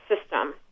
system